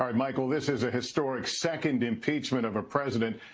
um michael, this is a historic second impeachment of a president.